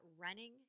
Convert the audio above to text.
running